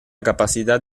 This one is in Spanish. capacidad